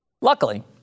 Luckily